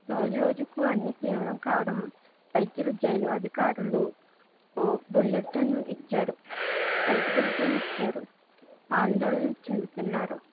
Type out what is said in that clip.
రోజు రోజుకు అన్నీ తీవ్రం కావడం వైద్యులు జైలు అధికారులు బులెటిన్ ఇచ్చారు హెల్త్ బులెటిన్ ఇచ్చారు ఆందోళన చెందుతున్నారు